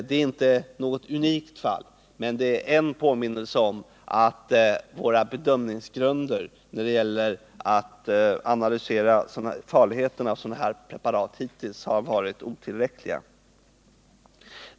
Den är inte unik, men den är en påminnelse om att våra bedömningsgrunder när det gäller att analysera farligheten med sådana här preparat hittills har varit otillräckliga.